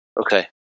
Okay